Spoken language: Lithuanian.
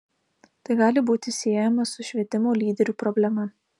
tai gali būti siejama su švietimo lyderių problema